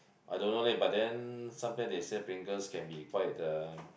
I don't know leh but then sometimes they say pringles can be quite the